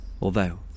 Although